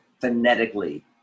phonetically